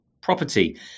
property